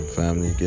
family